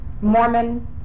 Mormon